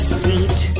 seat